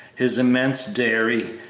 his immense dairy,